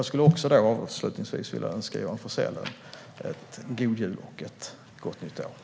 Jag vill avslutningsvis önska även Johan Forssell en god jul och ett gott nytt år.